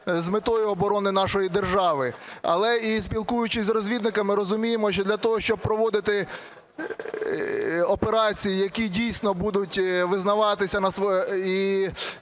з метою оборони нашої держави. Але, спілкуючись з розвідниками, розуміємо, що для того, щоб проводити операції, які дійсно будуть визнаватися, і